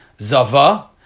zava